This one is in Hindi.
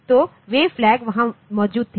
तो वे फ्लैग वहां मौजूद थे